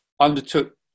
undertook